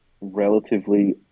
relatively